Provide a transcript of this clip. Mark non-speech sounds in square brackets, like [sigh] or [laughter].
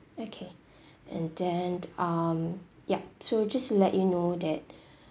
okay [breath] and then um ya so just let you know that [breath]